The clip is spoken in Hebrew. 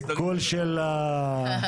סיכול של הרישוי.